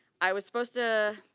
i was supposed to